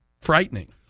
frightening